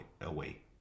away